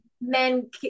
men